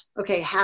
okay